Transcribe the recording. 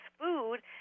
food